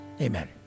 Amen